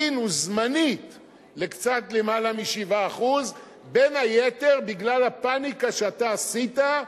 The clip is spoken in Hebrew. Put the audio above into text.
עלינו זמנית לקצת למעלה מ-7% בין היתר בגלל הפניקה שאתה עשית.